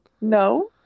No